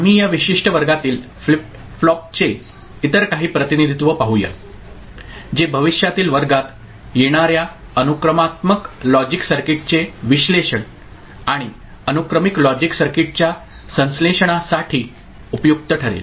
आम्ही या विशिष्ट वर्गातील फ्लिप फ्लॉपचे इतर काही प्रतिनिधित्व पाहूया जे भविष्यातील वर्गात येणार्या अनुक्रमात्मक लॉजिक सर्किटचे विश्लेषण आणि अनुक्रमिक लॉजिक सर्किटच्या संश्लेषणासाठी उपयुक्त ठरेल